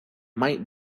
might